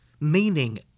meaning